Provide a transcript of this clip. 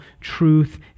truth